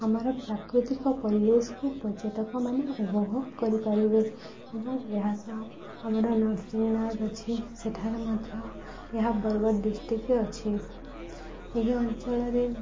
ଆମର ପ୍ରାକୃତିକ ପରିବେଶକୁ ପର୍ଯ୍ୟଟକ ମାନେ ଉପଭୋଗ କରିପାରିବେ ଏବଂ ଏହା ସହ ଆମର ନରସିଂହ ନାଥ ଅଛି ସେଠାରେ ମଧ୍ୟ ଏହା ବରଗଡ଼ ଡିଷ୍ଟ୍ରିକ୍ରେ ଅଛି ଏହି ଅଞ୍ଚଳରେ